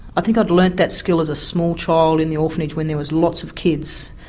i think i'd learned that skill as a small child in the orphanage when there were lots of kids,